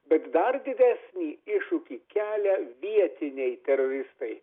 bet dar didesnį iššūkį kelia vietiniai teroristai